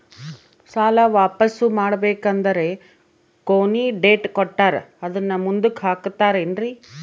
ಸಾಲ ವಾಪಾಸ್ಸು ಮಾಡಬೇಕಂದರೆ ಕೊನಿ ಡೇಟ್ ಕೊಟ್ಟಾರ ಅದನ್ನು ಮುಂದುಕ್ಕ ಹಾಕುತ್ತಾರೇನ್ರಿ?